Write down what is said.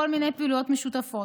כל מיני פעילויות משותפות.